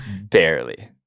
Barely